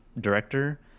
director